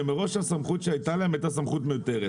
שמראש הסמכות שהייתה להם הייתה סמכות מיותרת,